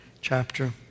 chapter